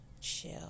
chill